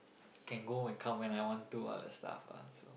can go and come when I want to all that stuff lah so